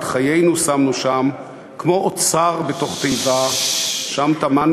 את חיינו שמנו שם / כמו אוצר בתוך תיבה שם טמנו